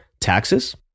taxes